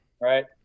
right